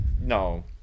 No